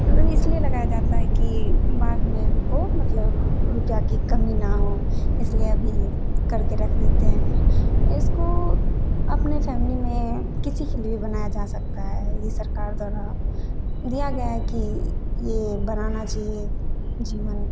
मतलब इसलिए लगाया जाता है कि बाद में हमको मतलब रुपये की कमी ना हो इसलिए अभी करके रख देते हैं इसको अपनी फैमिली में किसी के लिए बनाया जा सकता है यह सरकार द्वारा दिया गया है कि यह बनाना चाहिए जीवन